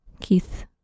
Keith